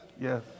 Yes